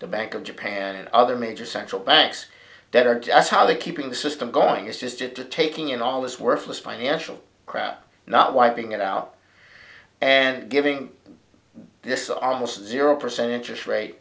the bank of japan and other major central banks that are just how are they keeping the system going is just it to taking in all this worthless financial crap not wiping it out and giving this almost zero percent interest rate